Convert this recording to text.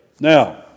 Now